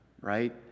right